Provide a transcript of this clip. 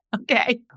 Okay